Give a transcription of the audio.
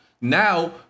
now